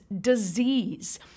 disease